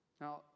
Now